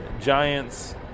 giants